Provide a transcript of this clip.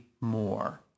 more